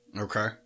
Okay